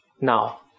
now